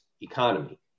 economy